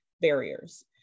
barriers